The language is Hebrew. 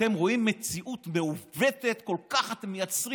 הרי אתם רואים מציאות מעוותת כל כך, אתם מייצרים